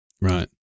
Right